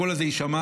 שהקול הזה יישמע,